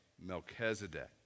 Melchizedek